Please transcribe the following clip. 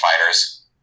fighters